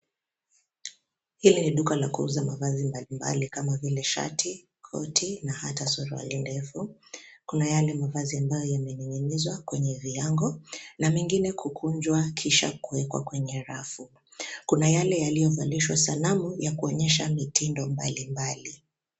Hili ni duka la kuuza mavazi mbalimbali kama vile shati, koti na hata suruali ndefu. Kuna yale mavazi ambayo yamening'inizwa kwenye viango na mengine kukunjwa kisha kuwekwa kwenye rafu. Kuna yale yaliyovalishwa sanamu ya kuonyesha mitindo mbalimbali.